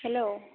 hello